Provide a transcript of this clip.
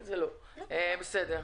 בסדר.